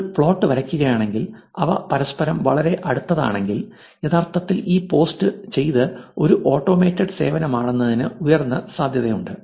നിങ്ങൾ പ്ലോട്ട് വരയ്ക്കുകയാണെങ്കിൽ അവ പരസ്പരം വളരെ അടുത്താണെങ്കിൽ യഥാർത്ഥത്തിൽ ഈ പോസ്റ്റ് ചെയ്തത് ഒരു ഓട്ടോമേറ്റഡ് സേവനമാണെന്നതിന് ഉയർന്ന സാധ്യതയുണ്ട്